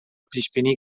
پیشبینی